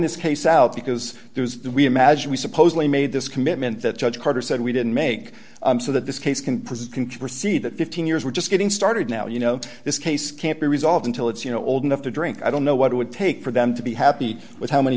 this case out because we imagine we supposedly made this commitment that judge carter said we didn't make so that this case can persist can proceed at fifteen years we're just getting started now you know this case can't be resolved until it's you know old enough to drink i don't know what it would take for them to be happy with how many